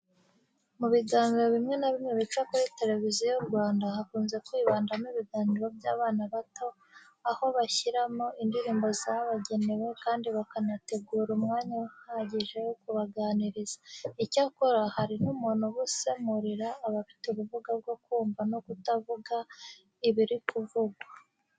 Mu biganiro bimwe na bimwe bica kuri Televiziyo Rwanda hakunze kwibandamo ibiganiro by'abana bato, aho bashyiramo indirimbo zibagenewe kandi bakanategura umwanya uhagije wo kubaganiriza. Icyakora, hari n'umuntu uba usemurira abafite ubumuga bwo kumva no kutavuga ibiri kuvugwa.